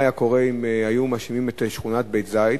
מה היה קורה אם היו מאשימים את שכונת בית-זית?